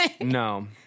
No